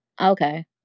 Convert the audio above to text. Okay